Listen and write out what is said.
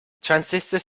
transistors